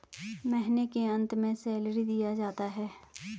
महीना के अंत में सैलरी दिया जाता है